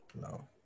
No